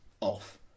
off